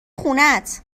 خونهت